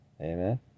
amen